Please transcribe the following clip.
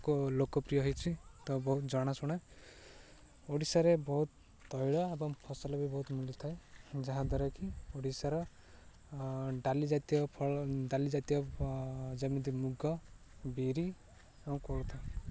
ଲୋକପ୍ରିୟ ହେଇଛିି ତ ବହୁତ ଜଣାଶୁଣା ଓଡ଼ିଶାରେ ବହୁତ ତୈଳ ଏବଂ ଫସଲ ବି ବହୁତ ମିଳିଥାଏ ଯାହାଦ୍ୱାରାକିି ଓଡ଼ିଶାର ଡାଲି ଜାତୀୟ ଫଳ ଡାଲି ଜାତୀୟ ଯେମିତି ମୁଗ ବିରି ଏବଂ କୋଳଥ